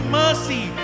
mercy